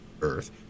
earth